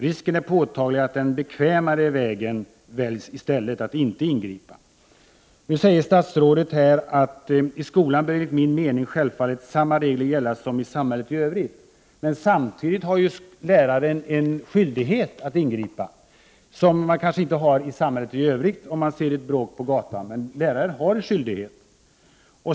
Risken är påtaglig att den bekvämare vägen, att inte ingripa, väljs i stället. Nu säger statsrådet: ”I skolan bör enligt min mening självfallet samma rättsregler gälla som i samhället i övrigt.” Samtidigt har läraren en skyldighet att ingripa, som kanske inte förekommer i samhället i övrigt om någon ser ett bråk på gatan. Men läraren har en skyldighet.